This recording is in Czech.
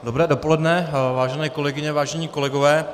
Dobré dopoledne, vážené kolegyně, vážení kolegové.